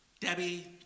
Debbie